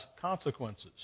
consequences